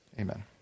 Amen